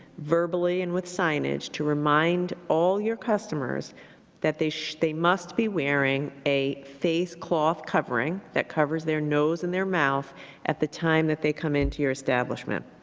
verbally and with signage to remind all of your customers that they so they must be wearing a face cloth covering that covers their nose and their mouth at the time that they come into your establishment.